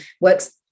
works